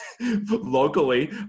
locally